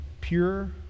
pure